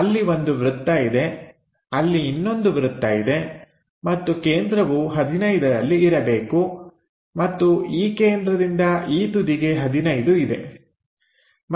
ಅಲ್ಲಿ ಒಂದು ವೃತ್ತ ಇದೆ ಅಲ್ಲಿ ಇನ್ನೊಂದು ವೃತ್ತ ಇದೆ ಮತ್ತು ಕೇಂದ್ರವು 15ರಲ್ಲಿ ಇರಬೇಕು ಮತ್ತು ಈ ಕೇಂದ್ರದಿಂದ ಈ ತುದಿಗೆ 15 ಇದೆ